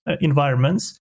environments